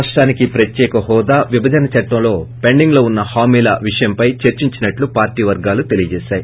రాష్టానికి ప్రత్యేక హోదా విభజన చట్లంలోని పెండింగ్ లో వున్ప హామీల విషయం పై చర్చించనున్నట్లు పార్టీ వర్గాలు తెలియజేశాయి